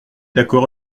d’accord